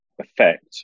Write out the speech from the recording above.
affect